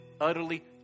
Utterly